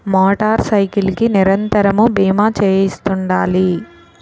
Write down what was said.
motor cycle కి నిరంతరము బీమా చేయిస్తుండాలి